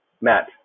Matt